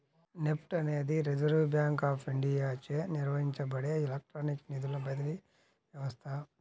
NEFT అనేది reserve bank of ఇండియాచే నిర్వహించబడే ఎలక్ట్రానిక్ నిధుల బదిలీ వ్యవస్థ